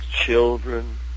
children